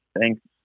Thanks